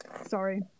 Sorry